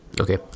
Okay